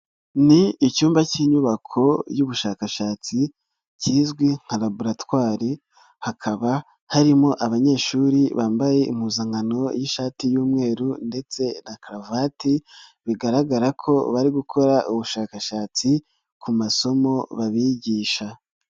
Ni icyumba cy'inyubako y'ubushakashatsi kizwi nka laboratwari, hakaba harimo abanyeshuri bambaye impuzankano y'ishati y'umweru ndetse na karuvati bigaragara ko bari gukora ubushakashatsi ku masomo babigisha.